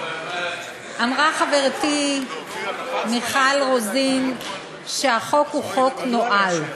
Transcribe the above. אמרה חברתי מיכל רוזין שהחוק הוא חוק נואל.